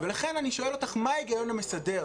ולכן אני שואל אותך: מה ההיגיון המסדר?